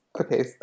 Okay